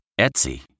Etsy